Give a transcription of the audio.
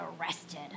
arrested